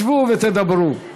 שבו ותדברו.